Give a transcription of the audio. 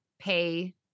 Pay